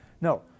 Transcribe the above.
No